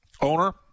owner